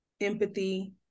empathy